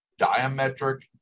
diametric